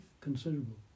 considerable